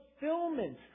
fulfillment